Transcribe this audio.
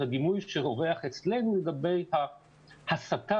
את הדימוי שרווח אצלנו לגבי ההסתה,